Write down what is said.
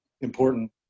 important